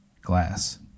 glass